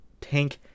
tank